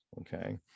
okay